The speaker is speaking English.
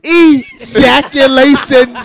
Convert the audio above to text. ejaculation